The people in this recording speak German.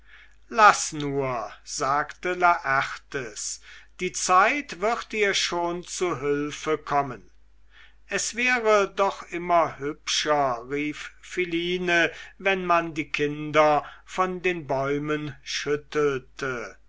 laß nur sagte laertes die zeit wird ihr schon zu hülfe kommen es wäre doch immer hübscher rief philine wenn man die kinder von den bäumen schüttelte